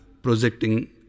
projecting